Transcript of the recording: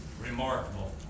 remarkable